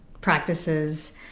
practices